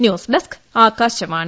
news desk Akashvani